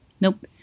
Nope